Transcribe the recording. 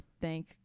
Thank